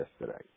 yesterday